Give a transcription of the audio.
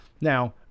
Now